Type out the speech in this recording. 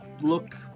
look